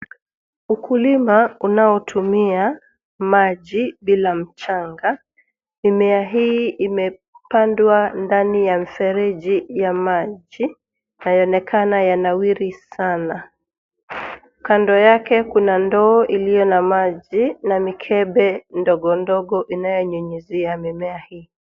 Ukulima unaotumia maji bila mchanga. Mimea hii imepandwa ndani ya mfereji ya maji yanaonekana yanawiri sana. Kando yake kuna ndoo iliyo na maji na mikebe ndogondogo inayonyunyizia mimea hii.